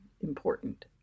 important